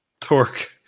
Torque